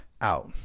out